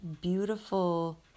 beautiful